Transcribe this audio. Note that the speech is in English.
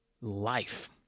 life